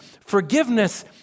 Forgiveness